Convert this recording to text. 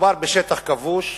מדובר בשטח כבוש,